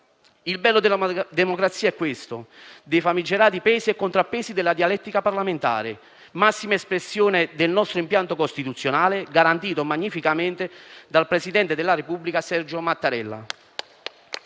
Il bello della democrazia è quello dei famigerati pesi e contrappesi della dialettica parlamentare, massima espressione del nostro impianto costituzionale, garantito magnificamente dal presidente della Repubblica Sergio Mattarella.